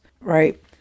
right